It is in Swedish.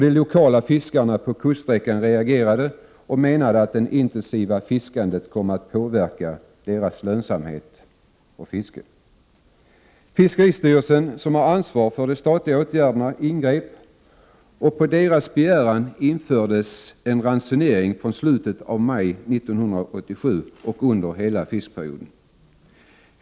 De lokala fiskarna på kuststräckan reagerade och menade att det intensiva fiskandet kom att påverka deras lönsamhet och fiske. Fiskeristyrelsen, som har ansvaret för de statliga åtgärderna, ingrep och på dess begäran infördes en ransonering från slutet av maj 1987 och under hela fiskeperioden.